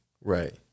Right